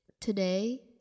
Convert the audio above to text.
today